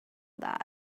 that